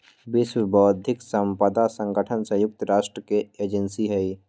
विश्व बौद्धिक साम्पदा संगठन संयुक्त राष्ट्र के एजेंसी हई